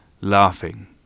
laughing